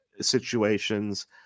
situations